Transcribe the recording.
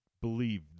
believe